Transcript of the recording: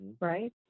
right